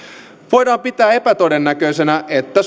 voidaan pitää epätodennäköisenä että